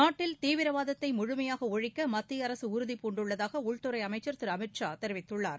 நாட்டில் தீவிரவாதத்தை முழுமையாக ஒழிக்க மத்திய அரசு உறுதிபூண்டுள்ளதாக உள்துறை அமைச்சர் திரு அமித் ஷா தெரிவித்துள்ளார்